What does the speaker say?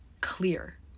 clear